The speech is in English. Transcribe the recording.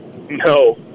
No